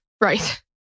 Right